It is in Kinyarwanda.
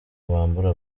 bambura